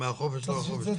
חופש לא חופש.